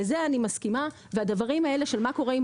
אני כן מסכימה לדברים שנאמרו לגבי מה יקרה עם